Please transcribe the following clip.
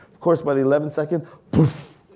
of course by the eleven second poof,